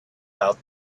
out